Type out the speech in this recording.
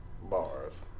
Bars